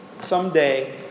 Someday